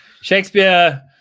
Shakespeare